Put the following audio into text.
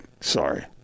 Sorry